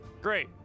Great